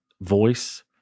voice